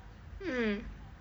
mm